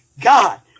God